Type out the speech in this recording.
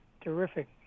terrific